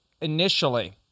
initially